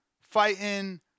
fighting